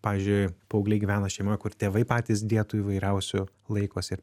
pavyzdžiui paaugliai gyvena šeimoje kur tėvai patys dietų įvairiausių laikosi